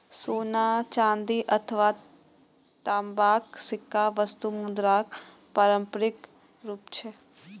सोना, चांदी अथवा तांबाक सिक्का वस्तु मुद्राक पारंपरिक रूप छियै